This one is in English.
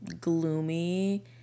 gloomy